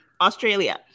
australia